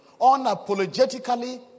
unapologetically